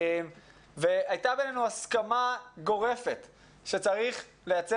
הייתה ביננו הסכמה גורפת שצריך לייצר